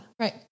right